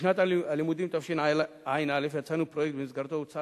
בשנת הלימודים תשע"א יצאנו לפרויקט שבמסגרתו הוצע